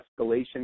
escalation